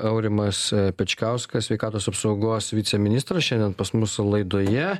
aurimas pečkauskas sveikatos apsaugos viceministras šiandien pas mus laidoje